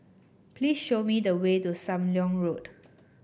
please show me the way to Sam Leong Road